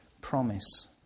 promise